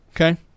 okay